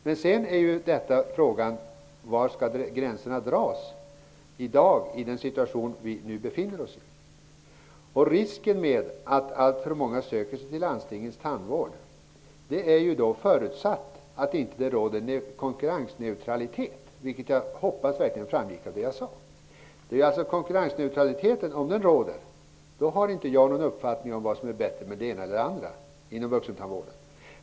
Men sedan är frågan: Var skall gränserna dras i den situation som vi nu befinner oss i? Det finns en risk med att alltför många söker sig till landstingets tandvård, förutsatt att det inte råder konkurrensneutralitet. Det hoppas jag framgick av det jag sade. Förutsatt att konkurrensneutralitet råder har jag ingen uppfattning om vad som är bättre för det ena eller andra inom vuxentandvården.